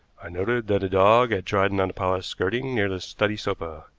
i noted that a dog had trodden on the polished skirting near the study sofa.